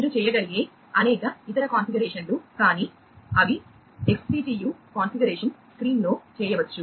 మీరు చేయగలిగే అనేక ఇతర కాన్ఫిగరేషన్లు కానీ అవి XCTU కాన్ఫిగరేషన్ స్క్రీన్లో చేయవచ్చు